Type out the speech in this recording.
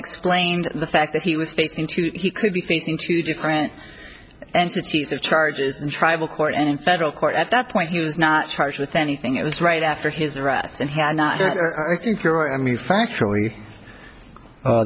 explained the fact that he was speaking to you he could be facing two different entities or charges in tribal court and in federal court at that point he was not charged with anything it was right after his arrest and had not i think you're right i mean factually